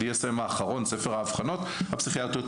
DSMשהוא ה-DSM האחרון - ספר האבחנות הפסיכיאטריות,